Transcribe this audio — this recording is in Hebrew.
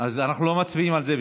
אנחנו לא מצביעים על זה.